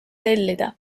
tellida